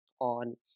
on